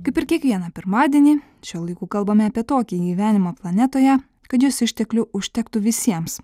kaip ir kiekvieną pirmadienį šiuo laiku kalbame apie tokį gyvenimą planetoje kad jos išteklių užtektų visiems